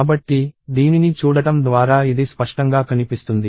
కాబట్టి దీనిని చూడటం ద్వారా ఇది స్పష్టంగా కనిపిస్తుంది